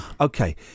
okay